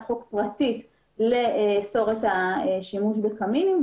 חוק פרטית לאסור את השימוש בקמינים,